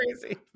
crazy